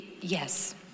Yes